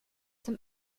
zum